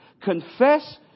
Confess